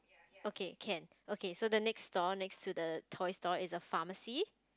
okay can okay so the next store next to the toy store is a pharmacy